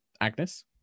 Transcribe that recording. Agnes